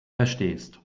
verstehst